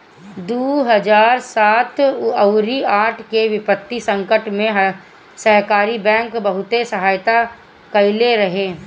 दू हजार सात अउरी आठ के वित्तीय संकट में सहकारी बैंक बहुते सहायता कईले रहे